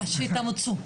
אז שיתאמצו.